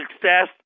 success